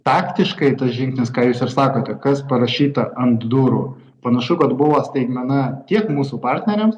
taktiškai tas žingsnis ką jūs ir sakote kas parašyta ant durų panašu kad buvo staigmena tiek mūsų partneriams